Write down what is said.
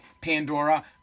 Pandora